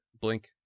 Blink